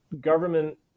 government